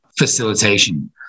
facilitation